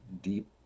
deep